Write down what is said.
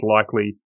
likely